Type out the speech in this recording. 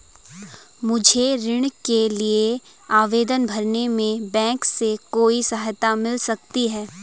मुझे ऋण के लिए आवेदन भरने में बैंक से कोई सहायता मिल सकती है?